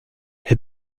est